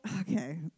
okay